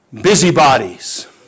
Busybodies